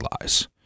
lies